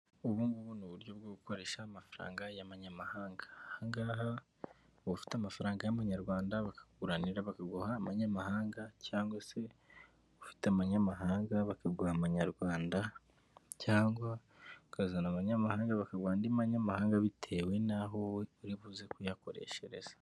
Ubunggubu ni uburyo bwo gukoresha amafaranga y'abanyamahanga uba ufite amafaranga y'amanyarwanda bakaguranira bakguha abanyamahanga cyangwa se ufite amanyamahanga bakaguha amanyarwanda cyangwa ukazana abanyamahanga bakaguha munyamahanga bitewe n'aho wowe uribuze kuyakoreshereza.